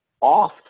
off